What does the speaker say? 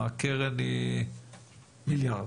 והקרן היא מיליארד,